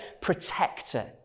protector